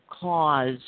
cause